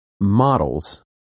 models